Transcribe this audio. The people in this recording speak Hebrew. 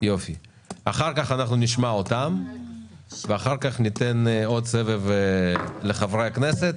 אחר כך אנחנו נשמע אותם ואחר כך ניתן עוד סבב לחברי הכנסת.